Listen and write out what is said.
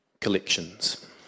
Collections